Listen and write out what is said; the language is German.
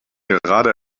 gerade